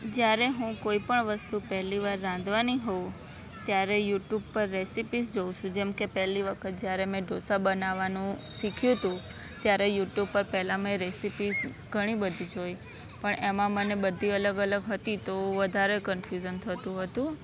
જ્યારે હું કોઈ પણ વસ્તુ પહેલી વાર રાંધવાની હોવ ત્યારે યૂટ્યૂબ પર રેસિપીસ જોવું છું જેમ કે પહેલી વખત જ્યારે મેં ઢોસા બનાવાનું શીખ્યું હતું ત્યારે યૂટ્યૂબ પર પહેલાં મેં રેસિપીસ ઘણીબધી જોઈ પણ એમાં મને બધી અલગ અલગ હતી તો વધારે કન્ફ્યુઝન થતું હતું